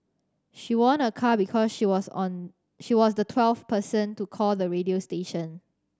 she won a car because she was on she was the twelfth person to call the radio station